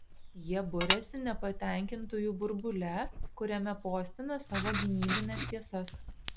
jie buriasi nepatenkintųjų burbule kuriame postina savo gynybines tiesas